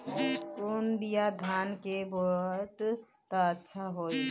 कौन बिया धान के बोआई त अच्छा होई?